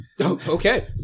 Okay